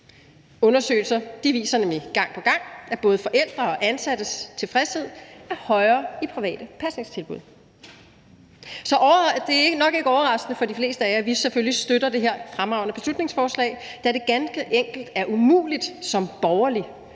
Undersøgelser viser nemlig gang på gang, at både forældres og ansattes tilfredshed er højere i private pasningstilbud. Det er nok ikke overraskende for de fleste af jer, at vi i Nye Borgerlige selvfølgelig støtter det her fremragende beslutningsforslag, da det ganske enkelt er umuligt som borgerlig